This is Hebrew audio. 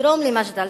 מדרום למג'דל-שמס,